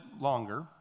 longer